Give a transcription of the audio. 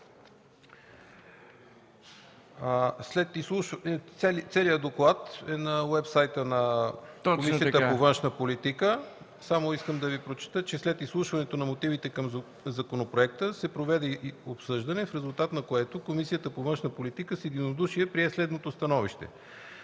Целият доклад е на уеб сайта на Комисията по външна политика. Искам само да прочета, че „След изслушването на мотивите към законопроекта се проведе обсъждане, в резултат на което Комисията по външна политика с единодушие прие следното становище: